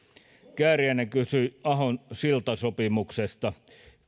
kääriäinen kysyi ahon siltasopimuksesta